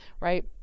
right